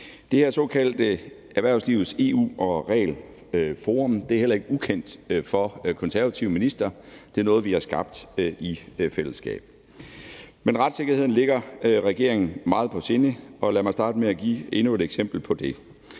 Det her såkaldte Erhvervslivets EU- og Regelforum er heller ikke ukendt for konservative ministre. Det er noget, vi har skabt i fællesskab. Retssikkerheden ligger regeringen meget på sinde, og lad mig starte med at give endnu et eksempel på det.